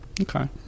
Okay